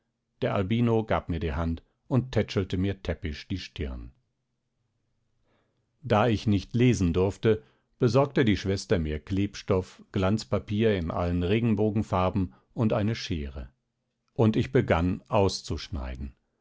der albino gab mir die hand und tätschelte mir täppisch die stirn da ich nicht lesen durfte besorgte die schwester mir klebstoff glanzpapier in allen regenbogenfarben und eine schere und ich begann auszuschneiden